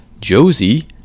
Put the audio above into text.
Josie